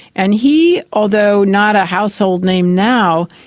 and he, although not a household name now,